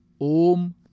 Om